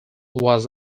was